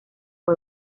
sus